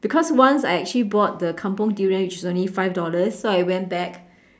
because once I actually bought the kampung durian which is only five dollars so I went back